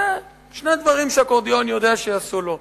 זה שני דברים שהאקורדיון יודע שיעשו לו.